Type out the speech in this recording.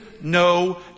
no